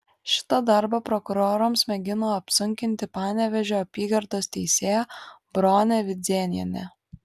šitą darbą prokurorams mėgino apsunkinti panevėžio apygardos teisėja bronė vidzėnienė